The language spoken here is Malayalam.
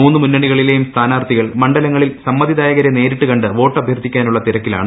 മൂന്ന് മുന്നണികളിലേയും ് സ്ഥാനാർത്ഥികൾ മണ്ഡലങ്ങളിൽ സമ്മതിദായകരെ നേരിട്ട് കണ്ട് വ്യോട്ട് അഭ്യർത്ഥിക്കാനുളള തിരക്കിലാണ്